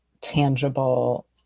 tangible